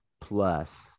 plus